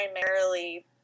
primarily